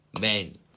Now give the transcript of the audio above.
men